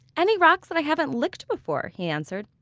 any rocks that i haven't licked before, he answered.